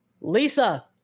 Lisa